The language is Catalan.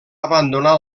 abandonar